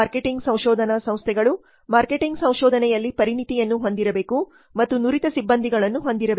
marketing ಸಂಶೋಧನಾ ಸಂಸ್ಥೆಗಳು marketing ಸಂಶೋಧನೆಯಲ್ಲಿ ಪರಿಣತಿಯನ್ನು ಹೊಂದಿರಬೇಕು ಮತ್ತು ನುರಿತ ಸಿಬ್ಬಂದಿಗಳನ್ನು ಹೊಂದಿರಬೇಕು